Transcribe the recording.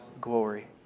glory